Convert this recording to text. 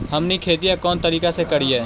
हमनी खेतीया कोन तरीका से करीय?